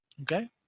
Okay